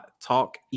talk